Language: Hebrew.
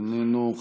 איננו,